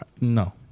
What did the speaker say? No